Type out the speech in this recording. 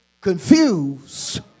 confused